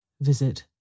Visit